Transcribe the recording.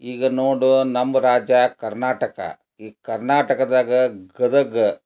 ಈಗ ನೋಡು ನಮ್ಮ ರಾಜ್ಯ ಕರ್ನಾಟಕ ಈ ಕರ್ನಾಟಕದಾಗ ಗದಗ